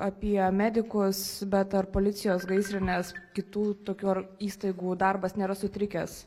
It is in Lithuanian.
apie medikus bet ar policijos gaisrinės kitų tokių ar įstaigų darbas nėra sutrikęs